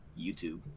YouTube